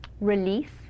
release